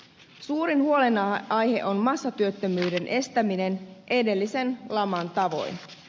suurin huolenaihe on massatyöttömyyden estäminen edellisen laman tavoin